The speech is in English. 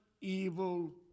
evil